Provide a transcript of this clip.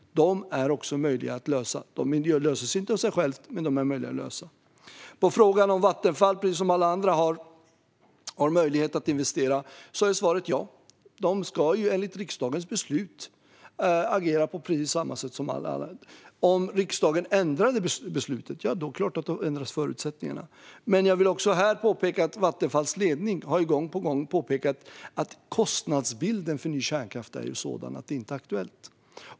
Dessa är möjliga att lösa. Det går inte av sig självt, men det är möjligt. När det gäller frågan om Vattenfall har möjlighet att investera precis som alla andra är svaret ja. De ska enligt riksdagens beslut agera på precis samma sätt som andra. Om riksdagen ändrar beslutet är det klart att förutsättningarna ändras. Här vill jag påpeka att Vattenfalls ledning gång på gång har påpekat att kostnadsbilden för ny kärnkraft är sådan att det inte är aktuellt.